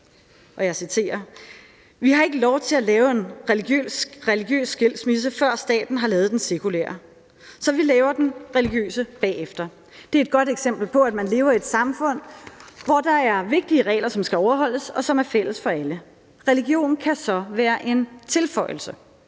Dagblad: »Vi har ikke lov til at lave en religiøs skilsmisse, før staten har lavet den sekulære, så vi laver den religiøse bagefter. Det er et godt eksempel på, at man lever i et samfund, hvor der er vigtige regler, som skal overholdes, og som er fælles for alle. Religion kan så være en tilføjelse«.